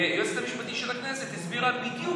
והיועצת המשפטית של הכנסת הסבירה בדיוק